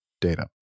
data